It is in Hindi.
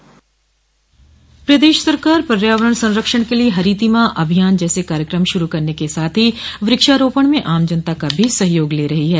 प्रदेश सरकार पर्यावरण सरंक्षण के लिए हरीतिमा अभियान जैसे कार्यक्रम शुरू करन के साथ ही वृक्षारोपण में आम जनता का भी सहयोग ले रही है